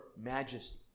majesty